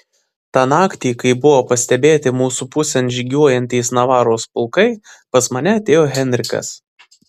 tą naktį kai buvo pastebėti mūsų pusėn žygiuojantys navaros pulkai pas mane atėjo henrikas